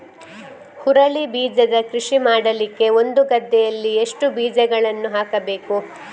ಹುರುಳಿ ಬೀಜದ ಕೃಷಿ ಮಾಡಲಿಕ್ಕೆ ಒಂದು ಗದ್ದೆಯಲ್ಲಿ ಎಷ್ಟು ಬೀಜಗಳನ್ನು ಹಾಕಬೇಕು?